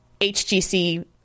HGC